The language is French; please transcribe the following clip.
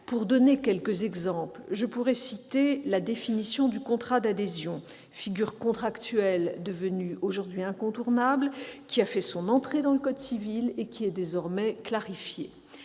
Pour en donner quelques exemples, je pourrais citer la définition du contrat d'adhésion, figure contractuelle devenue incontournable, qui a fait son entrée dans le code civil et qui est désormais clarifiée